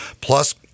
Plus